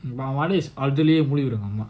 always all the way மூடிஇருக்கணுமாம்:mudi irukkanumam